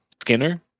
Skinner